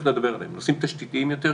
אדבר עליהם נושאים תשתיתיים יותר,